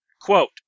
quote